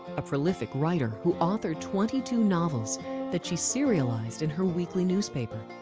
a prolific writer who authored twenty two novels that she serialized in her weekly newspaper.